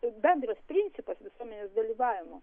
bendras principas visuomenės dalyvavimo